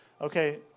okay